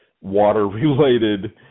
water-related